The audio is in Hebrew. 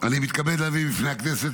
אני מתכבד להביא בפני הכנסת,